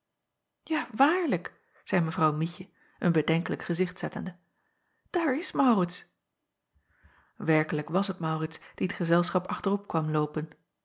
a waarlijk zeî evrouw ietje een bedenkelijk gezicht zettende daar is aurits erkelijk was het aurits die het gezelschap achterop kwam geloopen